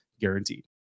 guaranteed